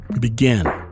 Begin